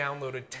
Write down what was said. downloaded